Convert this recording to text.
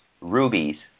rubies